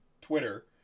Twitter